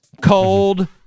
cold